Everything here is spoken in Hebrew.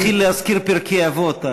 מתחילה להזכיר פרקי אבות,